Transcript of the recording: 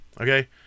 Okay